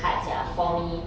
hard sia for me